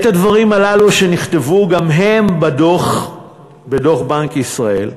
את הדברים הללו, שנכתבו גם הם בדוח בנק ישראל,